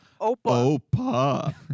Opa